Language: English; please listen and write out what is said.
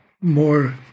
more